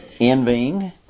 Envying